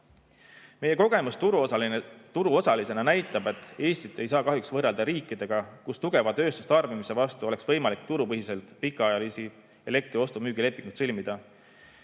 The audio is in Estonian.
Meie kogemus turuosalisena näitab, et Eestit ei saa kahjuks võrrelda riikidega, kus tugeva tööstustarbimise [katteks] oleks võimalik turupõhiselt pikaajalisi elektri ostu-müügi lepinguid sõlmida.